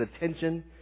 attention